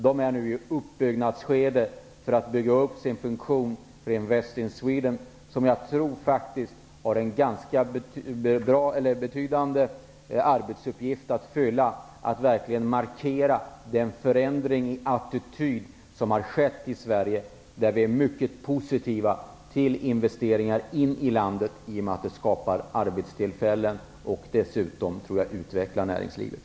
Invest in Sweden är nu i uppbyggnadsskedet, och jag tror att det har en betydande arbetsuppgift att fylla, med att verkligen marknadsföra den förändring i attityd som har skett i Sverige. Vi är alltså mycket positiva till investeringar i landet, i och med att det skapar arbetstillfällen och dessutom utvecklar näringslivet.